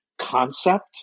concept